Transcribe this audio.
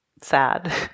sad